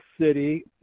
City